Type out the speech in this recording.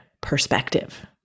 perspective